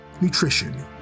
nutrition